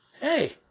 hey